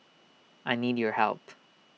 I need your help